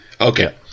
Okay